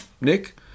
Nick